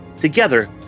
Together